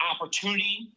opportunity